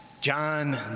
John